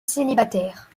célibataires